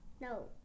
No